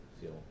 feel